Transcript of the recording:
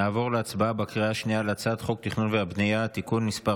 נעבור להצבעה בקריאה השנייה על הצעת חוק התכנון והבנייה (תיקון מס'